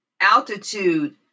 altitude